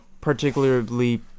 particularly